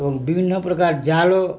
ଓ ବିଭିନ୍ନ ପ୍ରକାର ଜାଲ